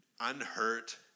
unhurt